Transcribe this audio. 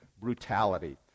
brutality